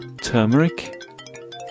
turmeric